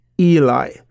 Eli